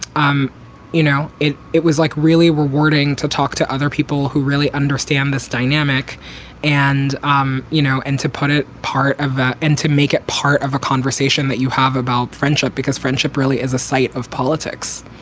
um you know, it it was like really rewarding to talk to other people who really understand this dynamic and, um you know, and to put it part of that and to make it part of a conversation that you have about friendship, because friendship really is a site of politics.